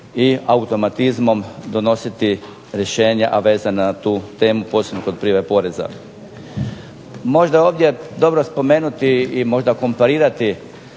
i automatizmom donositi rješenja vezana na tu temu, posebno kod prijave poreza. Možda je ovdje dobro spomenuti i možda komparirati